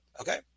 Okay